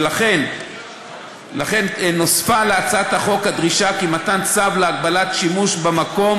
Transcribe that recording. ולכן נוספה להצעת החוק הדרישה כי מתן צו להגבלת שימוש במקום